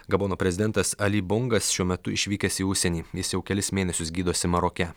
gabono prezidentas ali bongas šiuo metu išvykęs į užsienį jis jau kelis mėnesius gydosi maroke